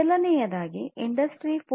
ಮೊದಲನೆಯದಾಗಿ ಇಂಡಸ್ಟ್ರಿ 4